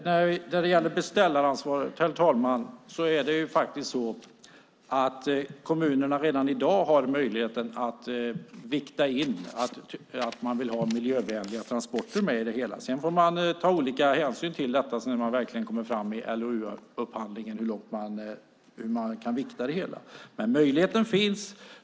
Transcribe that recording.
Herr talman! När det gäller beställaransvaret har kommunerna redan i dag möjligheten att vikta in miljövänliga transporter i det hela. När man sedan verkligen kommer fram till LOU-upphandlingen får man se hur man kan vikta det hela, men möjligheten finns.